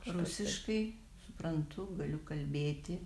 rusiškai suprantu galiu kalbėti